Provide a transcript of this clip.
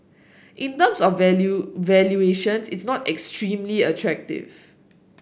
in terms of valuate valuations it's not extremely attractive